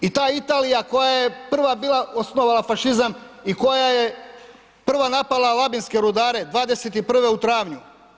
I ta Italija koja je prva bila osnovala fašizam i koja je prva napala labinske rudare '21. u travnju.